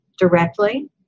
directly